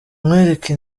nkwereke